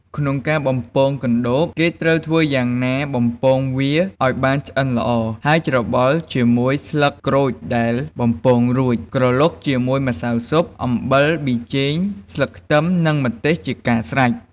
ក្នុងការបំពងកណ្តូប គេត្រូវធ្វើយ៉ាងណាបំពងវាឱ្យបានឆ្អិនល្អ ហើយច្របល់ជាមួយស្លឹកក្រូចដែលបំពងរួច ក្រឡុកជាមួយម្សៅស៊ុប អំបិល ប៊ីចេង ស្លឹកខ្ទឹមនិងម្ទេសជាការស្រេច។